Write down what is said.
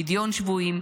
פדיון שבויים,